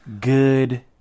good